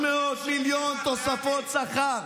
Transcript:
1.3 תוספות שכר.